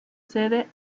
sede